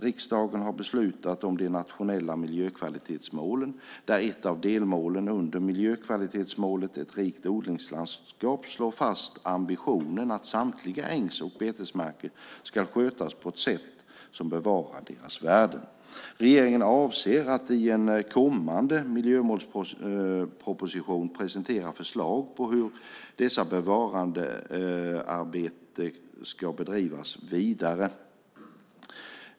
Riksdagen har beslutat om de nationella miljökvalitetsmålen där ett av delmålen under miljökvalitetsmålet Ett rikt odlingslandskap slår fast ambitionen att samtliga ängs och betesmarker ska skötas på ett sätt som bevarar deras värden. Regeringen avser att i en kommande miljömålsproposition presentera förslag på hur detta bevarandearbete ska bedrivas vidare.